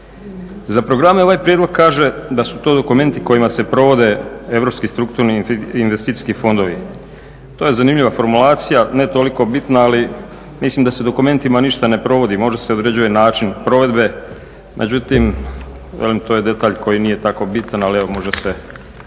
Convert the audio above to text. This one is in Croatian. Za programe ovaj prijedlog kaže da su to dokumenti kojima se provode europski strukturni i investicijski fondovi. To je zanimljiva formulacija, ne toliko bitna ali mislim da se dokumentima ništa ne provodi, možda se određuje način provedbe, međutim velim to je detalj koji nije tako bitan ali evo može se